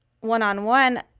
one-on-one